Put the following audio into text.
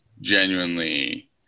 genuinely